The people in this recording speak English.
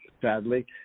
sadly